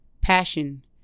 passion